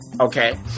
Okay